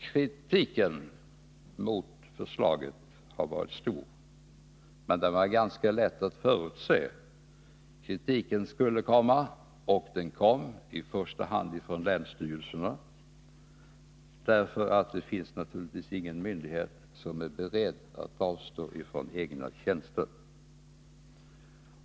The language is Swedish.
Kritiken mot förslaget har varit stark, men den var ganska lätt att förutse. Kritiken skulle komma, och den kom i första hand från länsstyrelserna. Ingen myndighet är naturligtvis beredd att avstå från egna tjänster.